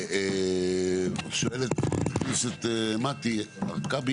שואלת חברת הכנסת מטי הרכבי